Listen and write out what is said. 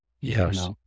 Yes